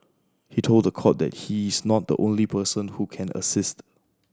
he told the court that he is not the only person who can assist